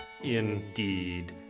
indeed